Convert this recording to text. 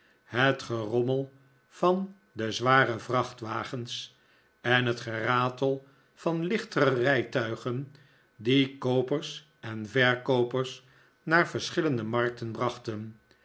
het gerommel van de zware vrachtwagens en het geratel van lichtere rijtuigen die koopers en verkoopers naar verschillende markten brachten